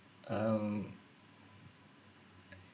um